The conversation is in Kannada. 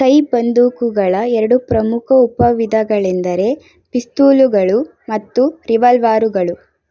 ಕೈಬಂದೂಕುಗಳ ಎರಡು ಪ್ರಮುಖ ಉಪವಿಧಗಳೆಂದರೆ ಪಿಸ್ತೂಲುಗಳು ಮತ್ತು ರಿವಾಲ್ವಾರುಗಳು